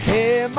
Hey